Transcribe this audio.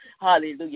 hallelujah